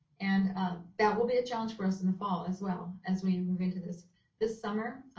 and ah that will be a challenge for us in the fall as well. as we move into this this summer,